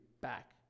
back